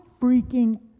freaking